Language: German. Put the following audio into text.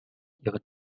ihre